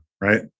right